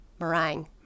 meringue